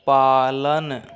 पालन